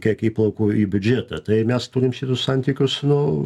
kiek įplaukų į biudžetą tai mes turim šitus santykius nu